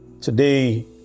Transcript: Today